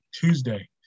Tuesday